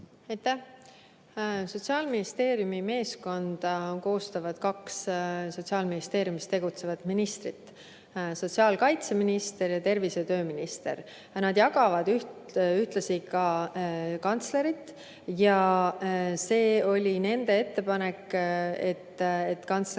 Sotsiaalministeeriumi meeskonda koostavad kaks Sotsiaalministeeriumis tegutsevat ministrit: sotsiaalkaitseminister ja tervise- ja tööminister. Nad jagavad ühtlasi ka kantslerit. Ja see oli nende ettepanek, et kantsler